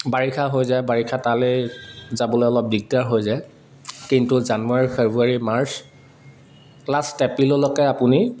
বাৰিষা হৈ যায় বাৰিষা তালেই যাবলৈ অলপ দিগদাৰ হৈ যায় কিন্তু জানুৱাৰী ফেব্ৰুৱাৰী মাৰ্চ লাষ্ট এপ্ৰিললৈকে আপুনি